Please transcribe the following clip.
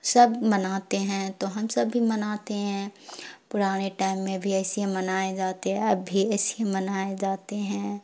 سب مناتے ہیں تو ہم سب بھی مناتے ہیں پرانے ٹائم میں بھی ایسے ہی منائے جاتے اب بھی ایسے ہی منائے جاتے ہیں